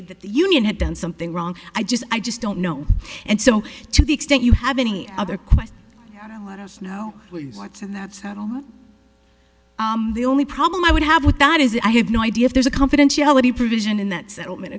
that the union had done something wrong i just i just don't know and so to the extent you have any other question and i let us know what's in that settlement the only problem i would have with that is i have no idea if there's a confidentiality provision in that settlement